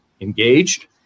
engaged